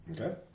Okay